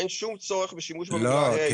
אין שום צורך בשימוש בה' הידיעה.